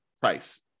price